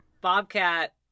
Bobcat